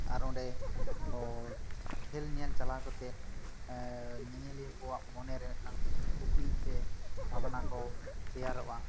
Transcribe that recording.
ᱟᱨ ᱚᱸᱰᱮ ᱠᱷᱮᱞ ᱧᱮᱞ ᱪᱟᱞᱟᱣ ᱠᱟᱛᱮ ᱧᱮᱧᱮᱞᱤᱭᱟᱹ ᱠᱚᱣᱟ ᱢᱚᱱᱮ ᱨᱮ ᱢᱤᱫᱴᱟᱝ ᱠᱩᱠᱞᱤ ᱥᱮ ᱵᱷᱟᱵᱽᱱᱟ ᱠᱚ ᱛᱮᱭᱟᱨᱚᱜᱼᱟ